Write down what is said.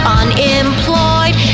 unemployed